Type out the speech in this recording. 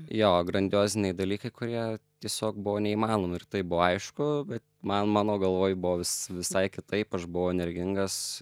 jo grandioziniai dalykai kurie tiesiog buvo neįmanoma ir taip buvo aišku bet man mano galvoj buvo vis visai kitaip aš buvau energingas